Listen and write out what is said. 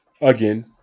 Again